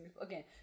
Again